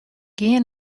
gean